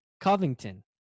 Covington